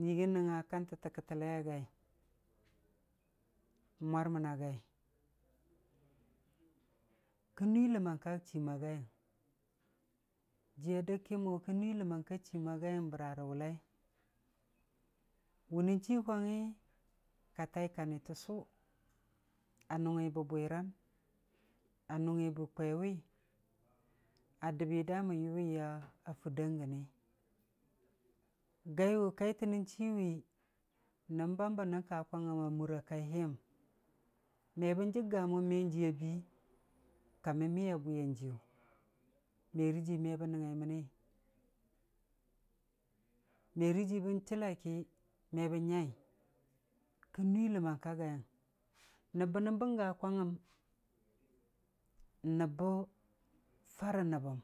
n'yɨggi nəngnga kantəttə kətəlei a gai, n'mwarməu a gai, kən nuii ləmmang ka chiim a gaiyəng, jiiya dəg kən sʊwe mo kən nuii ləmmang ka chiim a gaiyəng bəra rə wʊllai? wʊ nən chii kwangngi ka tai kani təssu, a nʊngngi bə bwiran, a nʊngugi kwewi, a dəbbi da mən yʊwiya a fur da gəni, gaiwʊ kaitə nən chii wi, nəm bam bə nən kakin a mura kai liyəm, me bən jəgga mo me jiiya bii, ka məmmiya bwiyan jiiyu, me rə jii me bə nəngngai məni, me rə jii bən chəllai ki me bən nyai, kən nuii ləmmang ka gaigəng. Nəb bə nən bəngga kwangngəm n'nəb bə farə nəbbəm.